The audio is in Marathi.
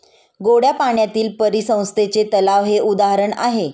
गोड्या पाण्यातील परिसंस्थेचे तलाव हे उदाहरण आहे